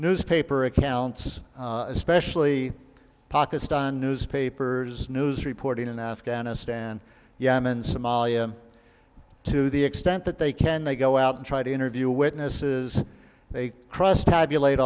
newspaper accounts especially pakistan newspapers news reporting in afghanistan yemen somalia to the extent that they can they go out and try to interview witnesses they cross tabulate